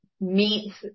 meets